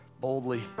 boldly